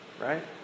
right